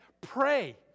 pray